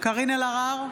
קארין אלהרר,